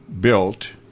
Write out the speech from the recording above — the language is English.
built